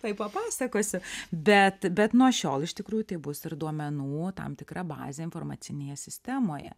tuoj papasakosiu bet bet nuo šiol iš tikrųjų tai bus ir duomenų tam tikra bazė informacinėje sistemoje